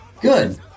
Good